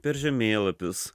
per žemėlapius